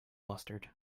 mustard